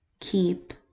keep